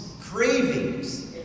cravings